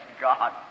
God